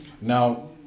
Now